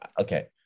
okay